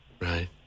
Right